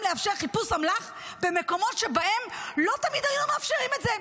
לאפשר חיפוש אמל"ח במקומות שבהם לא תמיד היו מאפשרים את זה.